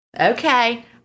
Okay